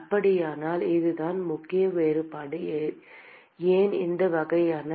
அப்படியானால் அதுதான் முக்கிய வேறுபாடு ஏன் இந்த வகையான